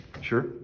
Sure